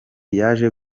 yaje